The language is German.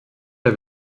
der